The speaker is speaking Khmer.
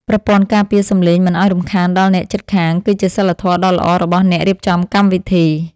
ប្រព័ន្ធការពារសម្លេងមិនឱ្យរំខានដល់អ្នកជិតខាងគឺជាសីលធម៌ដ៏ល្អរបស់អ្នករៀបចំកម្មវិធី។